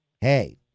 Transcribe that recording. hey